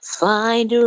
find